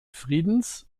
friedens